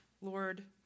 Lord